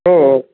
हो हो